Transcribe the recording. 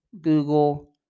Google